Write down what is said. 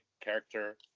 character